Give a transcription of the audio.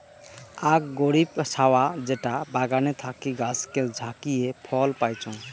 আক গরীব ছাওয়া যেটা বাগানে থাকি গাছকে ঝাকিয়ে ফল পাইচুঙ